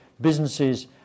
businesses